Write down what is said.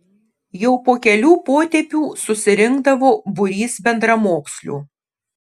jau po kelių potėpių susirinkdavo būrys bendramokslių